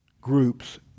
groups